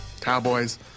Cowboys